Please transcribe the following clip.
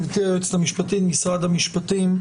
גברתי היועצת המשפטית, משרד המשפטים,